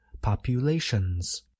populations